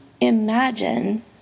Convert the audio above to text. imagine